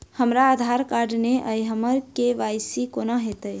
हमरा आधार कार्ड नै अई हम्मर के.वाई.सी कोना हैत?